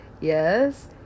yes